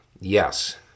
Yes